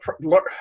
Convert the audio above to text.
look